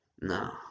No